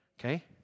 okay